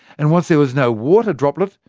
and once there was no water droplet,